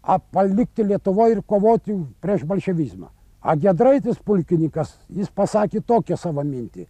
a palikti lietuvoj ir kovoti prieš bolševizmą a giedraitis pulkininkas jis pasakė tokią savo mintį